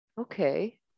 Okay